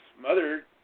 mother